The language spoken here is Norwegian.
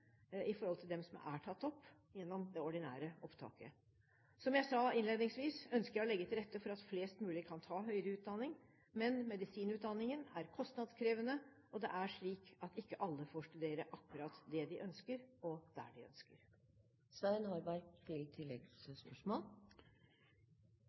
i forhold til dem som er tatt opp gjennom det ordinære opptaket. Som jeg sa innledningsvis, ønsker jeg å legge til rette for at flest mulig kan ta høyere utdanning, men medisinutdanningen er kostnadskrevende, og det er slik at ikke alle får studere akkurat det de ønsker, og der de